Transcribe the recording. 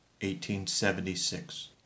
1876